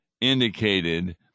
indicated